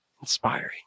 inspiring